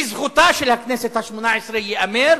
לזכותה של הכנסת השמונה-עשרה ייאמר